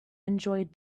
enjoyed